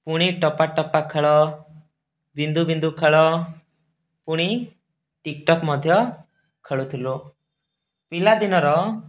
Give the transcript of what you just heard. ଫୁଣି ଟପାଟପା ଖେଳ ବିନ୍ଦୁବିନ୍ଦୁ ଖେଳ ପୁଣି ଟିକଟକ୍ ମଧ୍ୟ ଖେଳୁଥିଲୁ ପିଲାଦିନର